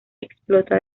explota